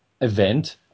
event